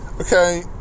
okay